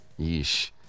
yeesh